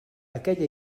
aquella